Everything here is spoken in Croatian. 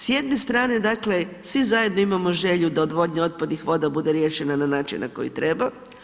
S jedne strane dakle svi zajedno imamo želju da odvodnja otpadnih voda bude riješena na način na koji treba.